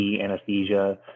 anesthesia